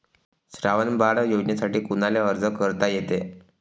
श्रावण बाळ योजनेसाठी कुनाले अर्ज करता येते?